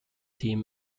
team